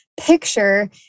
picture